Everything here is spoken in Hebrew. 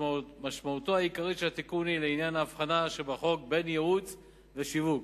משמעותו העיקרית של התיקון היא לעניין ההבחנה שבחוק בין ייעוץ ושיווק.